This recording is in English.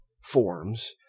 forms